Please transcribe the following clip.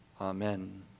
Amen